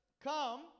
come